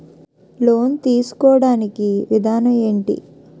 Loan తీసుకోడానికి విధానం ఏంటి?